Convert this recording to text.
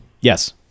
yes